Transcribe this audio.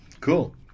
cool